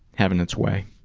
having its way?